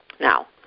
Now